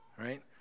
Right